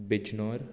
Bijnor